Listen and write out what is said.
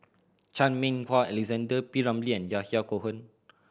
Chan Meng Wah Alexander P Ramlee and Yahya Cohen